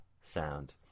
sound